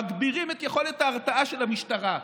מגבירים את יכולת ההרתעה של המשטרה,